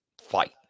fight